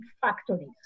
factories